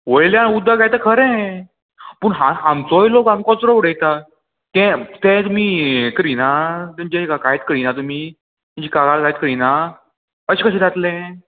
वयल्यान उदक येता खरें पूण हा आमचोय लोक हांगा कचरो उडयता तें तें तुमी हें करिना तेंचे कांयत करिना तुमी तेंची कागाळ कांयत करिना अशें कशें जातलें